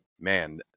man